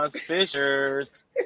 Fishers